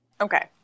okay